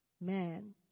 man